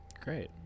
Great